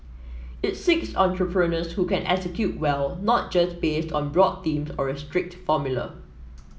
it seeks entrepreneurs who can execute well not just based on broad theme or a strict formula